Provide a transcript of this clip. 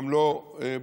וגם לא בצפון.